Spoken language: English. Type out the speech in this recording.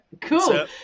cool